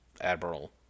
Admiral